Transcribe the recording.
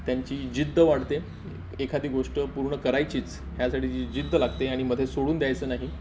त्यांची जिद्द वाढते एखादी गोष्ट पूर्ण करायचीच ह्यासाठी जी जिद्द लागते आणि मध्ये सोडून द्यायचं नाही